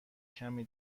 کمی